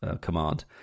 command